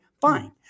fine